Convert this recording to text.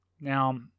Now